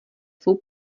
svou